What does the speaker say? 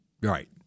Right